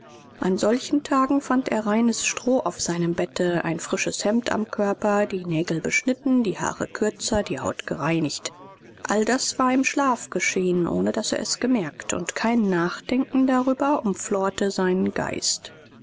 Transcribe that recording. an solchen tagen fand er reines stroh auf seinem bette ein frisches hemd am körper die nägel beschnitten die haare kürzer die haut gereinigt all das war im schlaf geschehen ohne daß er es gemerkt und kein nachdenken darüber umflorte seinen geist